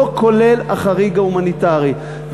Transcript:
לא כולל החריג ההומניטרי.